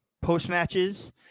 post-matches